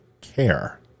care